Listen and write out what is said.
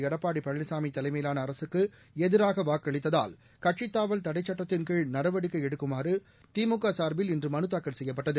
எடப்பாடி பழனிசாமி தலைமையிலான அரசுக்கு எதிராக வாக்களித்ததால் கட்சித் தாவல் தடைச் சட்டத்தின் கீழ் நடவடிக்கை எடுக்குமாறு திமுக சார்பில் இன்று மனு தாக்கல் செய்யப்பட்டது